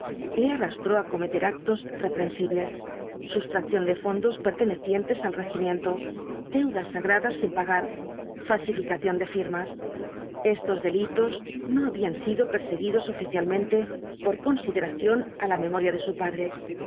le arrastró á cometer actos relos ua tro jinetbs del apocalipsis prensibles sustracción de fondos pertenecientes al regimiento deudas sagradas sin pagar falsificación de firman estos delitos no habían sido perseguidos oficialmente por consideración á la memoria de su padre